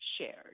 shared